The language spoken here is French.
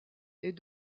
est